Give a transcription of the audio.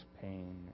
pain